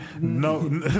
No